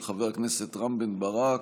של חבר הכנסת רם בן ברק,